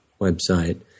website